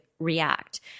react